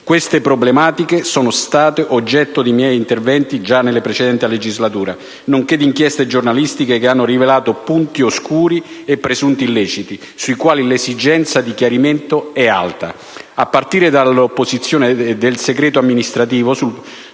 Queste problematiche sono state oggetto di miei interventi già nella precedente legislatura, nonché di inchieste giornalistiche che hanno rivelato punti oscuri e presunti illeciti sui quali l'esigenza di chiarimento è alta, a partire dall'opposizione del segreto amministrativo su